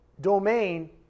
domain